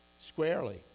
squarely